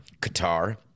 qatar